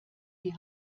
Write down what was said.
die